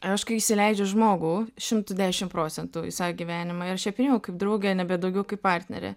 aš kai įsileidžiu žmogų šimtu dešim procentų į savo gyvenimą ir aš ją priėmiau kaip draugę nebe daugiau kaip partnerė